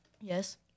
Yes